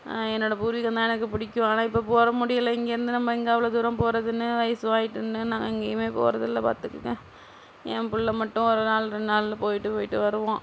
என்னோடய பூர்வீகம்தான் எனக்கு பிடிக்கும் ஆனால் இப்போது போற முடியலை இங்கேருந்து நம்ம எங்கே அவ்வளோ தூரம் போறதுன்னு வயசும் ஆயிட்டுதுன்னு நான் எங்கையுமே போறதில்லை பார்த்துக்குங்க என் புள்ளை மட்டும் ஒரு நாள் ரெண்டு நாளில் போய்ட்டு போய்ட்டு வருவான்